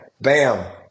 bam